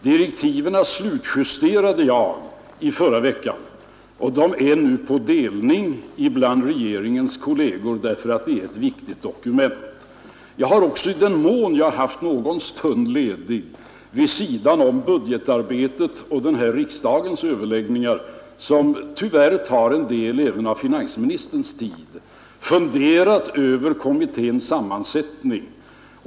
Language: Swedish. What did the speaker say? Direktiven slutjusterade jag i förra veckan, och de är nu på dävning ibland kollegerna i regeringen för att det är ett viktigt dokument. Jag har också i den mån jag har haft någon stund ledig vid sidan om budgetarbetet och den här riksdagens överläggningar, som tyvärr tar en del även av finansministerns tid, funderat över kommitténs sammansättning.